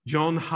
John